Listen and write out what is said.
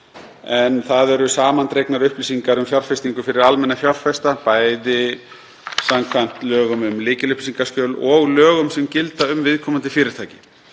sem eru samandregnar upplýsingar um fjárfestingu fyrir almenna fjárfesta, bæði samkvæmt lögum um lykilupplýsingaskjöl og lögum sem gilda um viðkomandi fyrirtæki.